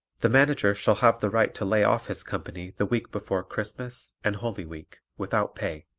the manager shall have the right to lay off his company the week before christmas and holy week without pay.